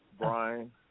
Brian